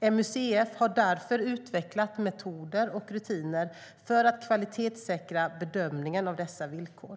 MUCF har därför utvecklat metoder och rutiner för att kvalitetssäkra bedömningen av dessa villkor.